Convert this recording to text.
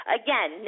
again